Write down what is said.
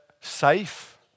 safe